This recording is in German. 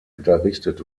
unterrichtet